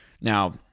now